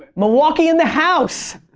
milwaukee in the house.